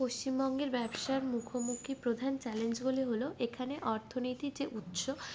পশ্চিমবঙ্গের ব্যবসার মুখোমুখি প্রধান চ্যালেঞ্জগুলি হলো এখানে অর্থনীতির যে উৎস